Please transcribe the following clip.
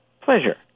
pleasure